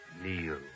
kneel